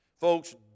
Folks